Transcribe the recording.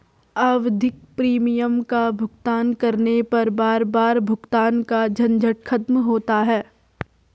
आवधिक प्रीमियम का भुगतान करने पर बार बार भुगतान का झंझट खत्म होता है